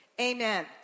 amen